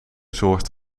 zorgt